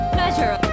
Pleasure